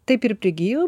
taip ir prigijo